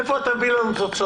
איפה אתה מביא לנו תוצאות.